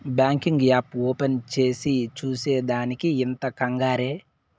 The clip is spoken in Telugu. బాంకింగ్ యాప్ ఓపెన్ చేసి చూసే దానికి ఇంత కంగారే